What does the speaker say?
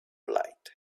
light